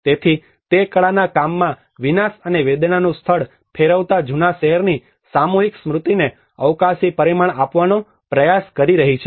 તેથી તે કળાના કામમાં વિનાશ અને વેદનાનું સ્થળ ફેરવતા જૂના શહેરની સામૂહિક સ્મૃતિને અવકાશી પરિમાણ આપવાનો પ્રયાસ કરી રહ્યો છે